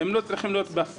פה אתם צריכים לעשות את העבודה